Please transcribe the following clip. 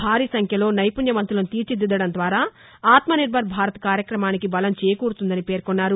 భారీ సంఖ్యలో నైపుణ్యవంతులను తీర్చిదిద్దడం ద్వారా ఆత్మనిర్భర్ భారత్ కార్యక్రమానికి బలం చేకూరుతుందని పేర్కొన్నారు